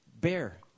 bear